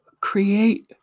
create